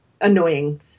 annoying